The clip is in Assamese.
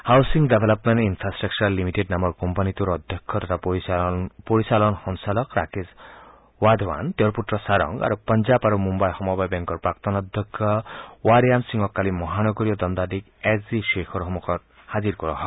হাউছিং ডেভেলপমেণ্ট ইনফ্ৰাট্টাকচাৰ লিমিটেড নামৰ কোম্পানীটোৰ অধ্যক্ষ আৰু পৰিচালন সঞ্চালক ৰাকেশ ৱাধৱান তেওঁৰ পুত্ৰ চাৰংগ আৰু পঞ্জাৱ আৰু মুন্নই সমবায় বেংকৰ প্ৰাক্তন অধ্যক্ষ ৱাৰ য়াম সিঙক কালি মহানগৰীৰ দণ্ডাধীশ এছ জি ধেইখৰ সন্মুখত হাজিৰ কৰোৱা হয়